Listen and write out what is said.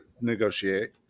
negotiate